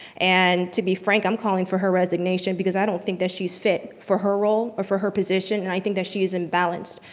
and to be frank, i'm calling for her resignation because i don't think that she's fit for her role or for her position and i think that she is imbalanced.